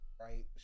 Right